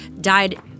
died